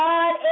God